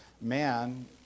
man